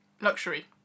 Luxury